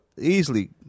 easily